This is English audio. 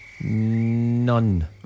None